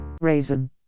Raisin